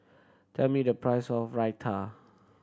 tell me the price of Raita